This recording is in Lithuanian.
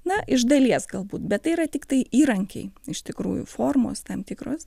na iš dalies galbūt bet tai yra tiktai įrankiai iš tikrųjų formos tam tikros